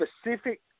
specific